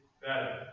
better